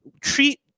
treat